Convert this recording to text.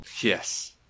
Yes